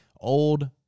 old